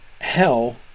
Hell